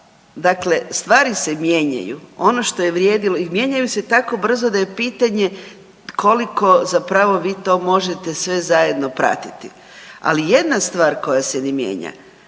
dakle stvari se mijenjaju. Ono što je vrijedilo i mijenjaju se tako brzo da je pitanje koliko zapravo vi to možete sve zajedno pratiti. Ali jedna stvar koja se ne mijenja,